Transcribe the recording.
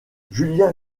julien